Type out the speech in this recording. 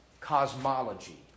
cosmology